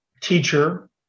teacher